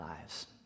lives